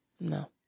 No